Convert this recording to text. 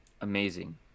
amazing